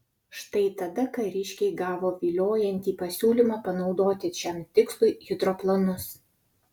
štai tada kariškiai gavo viliojantį pasiūlymą panaudoti šiam tikslui hidroplanus